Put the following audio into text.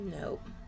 nope